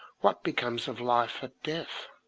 what becomes of life at death?